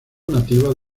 nativas